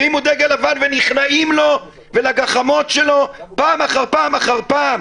הרימו דגל לבן ונכנעים לו ולגחמות שלו פעם אחר פעם אחר פעם.